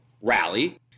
rally